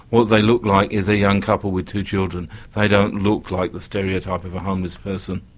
what they look like is a young couple with two children they don't look like the stereo type of a homeless person.